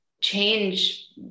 change